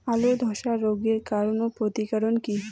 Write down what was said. আলুর ধসা রোগের কারণ ও প্রতিকার কি?